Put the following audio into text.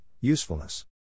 usefulness